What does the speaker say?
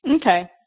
Okay